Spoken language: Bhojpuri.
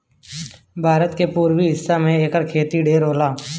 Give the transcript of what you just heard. भारत के पुरबी हिस्सा में एकर खेती ढेर होला